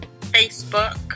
Facebook